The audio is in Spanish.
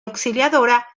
auxiliadora